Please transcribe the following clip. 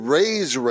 raise